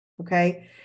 okay